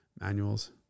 manuals